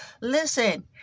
Listen